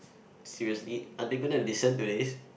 seriously are they gonna listen to this